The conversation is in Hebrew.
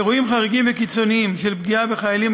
אירועים חריגים וקיצוניים של פגיעה בחיילים